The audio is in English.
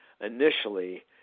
initially